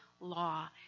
law